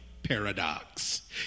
Paradox